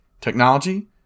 technology